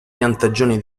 piantagioni